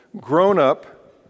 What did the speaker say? grown-up